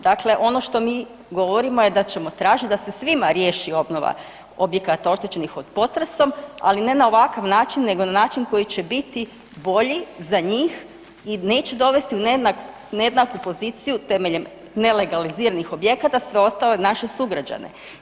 Dakle ono što mi govorimo je da ćemo tražiti da se svim riješi obnova objekata oštećenih od potresa, ali ne na ovakav način nego na način koji će biti bolji za njih i neće dovesti u nejednaku poziciju temeljem nelegaliziranih objekata sve ostale naše sugrađane.